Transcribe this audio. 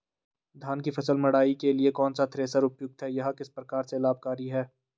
धान की फसल मड़ाई के लिए कौन सा थ्रेशर उपयुक्त है यह किस प्रकार से लाभकारी है?